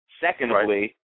Secondly